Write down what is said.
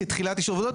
כתחילת אישור עבודות,